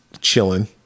chilling